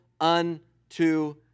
unto